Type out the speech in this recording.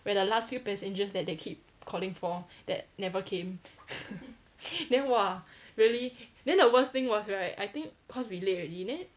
we are the last few passengers that they keep calling for that never came then !wah! really then the worst thing was right I think cause we late already then